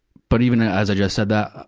but even as i just said that,